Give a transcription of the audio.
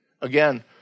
again